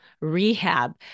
rehab